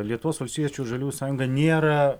lietuvos valstiečių žaliųjų sąjunga nėra